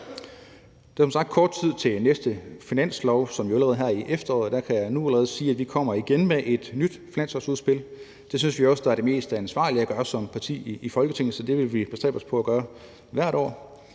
Der er som sagt kort tid til næste finanslov, som jo allerede forhandles her i efteråret. Jeg kan allerede nu sige, at der kommer vi igen med et nyt finanslovsudspil. Det synes vi også er det mest ansvarlige at gøre som parti i Folketinget. Så det vil vi bestræbe os på at gøre hvert år.